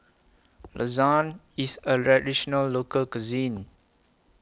Lasagne IS A Local Cuisine